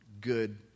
good